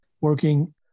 working